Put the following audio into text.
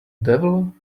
devil